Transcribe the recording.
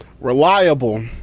Reliable